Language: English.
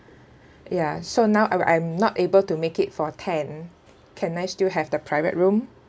ya so now I'm~ I'm not able to make it for ten can I still have the private room